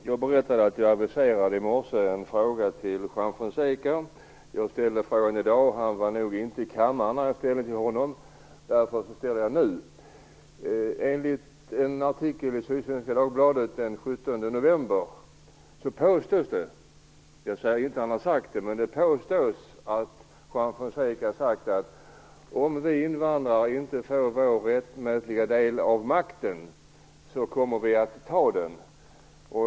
Herr talman! Jag aviserade i morse att jag hade en fråga till Juan Fonseca. Han var nog inte i kammaren när jag ställde den till honom. Därför ställer jag den nu. november påstås det - jag säger inte att han har sagt det - att Juan Fonseca har sagt att om invandrarna inte får sin rättmätiga del av makten, så kommer de att ta den.